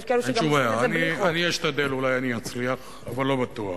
יש כאלה שעושים את זה בלי חוק.